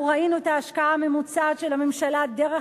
אנחנו ראינו את ההשקעה הממוצעת של הממשלה דרך